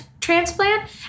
transplant